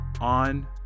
on